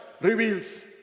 reveals